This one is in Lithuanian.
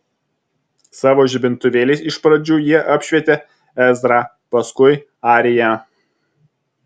savo žibintuvėliais iš pradžių jie apšvietė ezrą paskui ariją